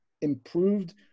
improved